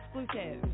exclusive